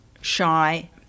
shy